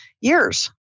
years